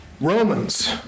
Romans